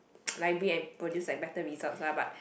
library and produce like better results lah but